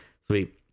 sweet